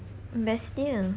best nya